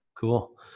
Cool